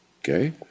Okay